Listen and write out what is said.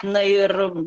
na ir